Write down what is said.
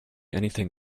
anything